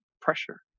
pressure